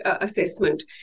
assessment